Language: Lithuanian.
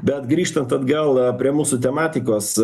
bet grįžtant atgal prie mūsų tematikos